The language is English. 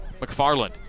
McFarland